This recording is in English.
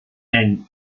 and